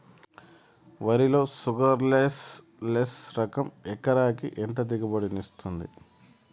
వరి లో sugarless less రకం ఎకరాకి ఎంత దిగుబడినిస్తుంది